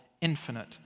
infinite